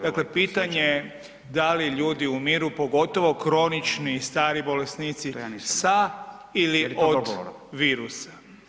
Dakle, pitanje da li ljudi umiru pogotovo kronični i stari bolesnici sa ili od virusa.